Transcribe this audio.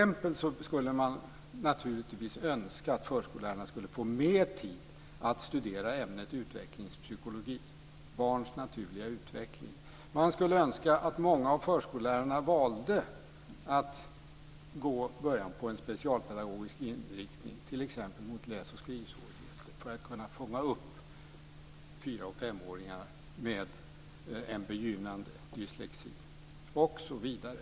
Man skulle önska att förskollärarna t.ex. skulle få mer tid att studera ämnet utvecklingspsykologi, dvs. barns naturliga utveckling. Man skulle önska att många av förskollärarna valde att börja på en specialpedagogisk inriktning, t.ex. mot läs och skrivsvårigheter, för att kunna fånga upp fyra och femåringarna med en begynnande dyslexi osv.